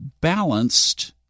balanced